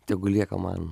tegu lieka man